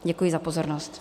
Děkuji za pozornost.